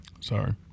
sorry